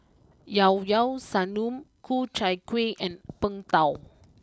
Llao Llao Sanum Ku Chai Kueh and Png Tao